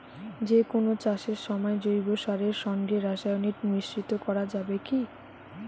যে কোন চাষের সময় জৈব সারের সঙ্গে রাসায়নিক মিশ্রিত করা যাবে কি?